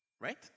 Right